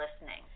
listening